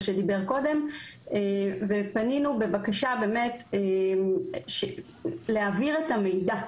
שדיבר קודם ופנינו בבקשה באמת להעביר את המידע.